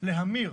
להמיר